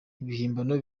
ibihimbano